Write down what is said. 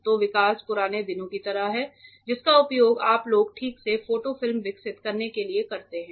तो विकास पुराने दिनों की तरह ही है जिसका उपयोग आप लोग ठीक से फोटो फिल्म विकसित करने के लिए करते हैं